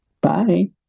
Bye